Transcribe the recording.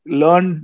learn